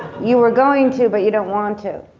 you were going to but you don't want to.